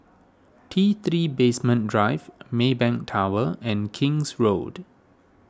T three Basement Drive Maybank Tower and King's Road